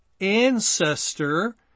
ancestor